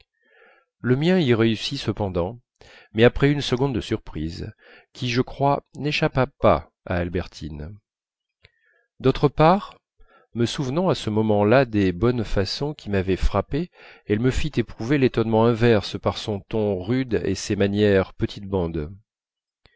le mien y réussit cependant mais après une seconde de surprise qui je crois n'échappa pas à albertine d'autre part me souvenant à ce moment-là des bonnes façons qui m'avaient frappé elle me fit éprouver l'étonnement inverse par son ton rude et ses manières petite bande